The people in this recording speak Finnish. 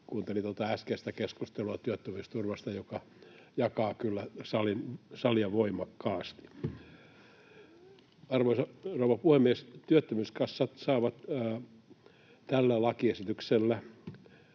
kuuntelin tuota äskeistä keskustelua työttömyysturvasta, joka jakaa kyllä salia voimakkaasti. Arvoisa rouva puhemies! Työttömyyskassat saavat tällä lakiesityksellä